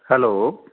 hello